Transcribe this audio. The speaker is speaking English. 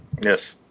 Yes